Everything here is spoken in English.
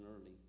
early